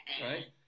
Right